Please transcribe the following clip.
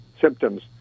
symptoms